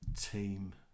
team